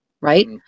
right